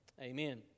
Amen